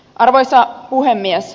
arvoisa puhemies